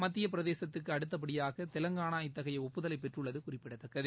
மத்தியபிரதேசத்துக்குஅடுத்தபடியாகதெலங்கானா இத்தகையஒப்புதலைபெற்றுள்ளதுகுறிப்பிடத்தக்கது